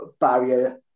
barrier